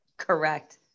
Correct